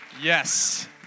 Yes